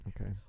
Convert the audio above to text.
Okay